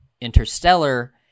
interstellar